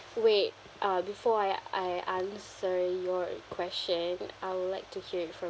wait uh before I I answer your question I would like to hear it from